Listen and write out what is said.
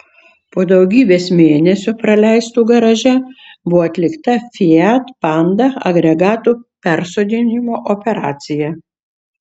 po daugybės mėnesių praleistų garaže buvo atlikta fiat panda agregatų persodinimo operacija